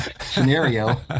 scenario